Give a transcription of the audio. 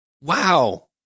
Wow